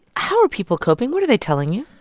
how are people coping? what are they telling you?